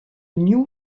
new